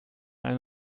einen